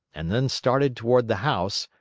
and then started toward the house,